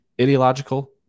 ideological